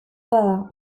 bada